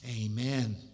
Amen